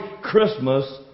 Christmas